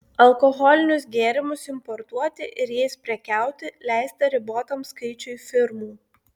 alkoholinius gėrimus importuoti ir jais prekiauti leista ribotam skaičiui firmų